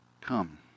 come